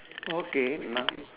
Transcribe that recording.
okay now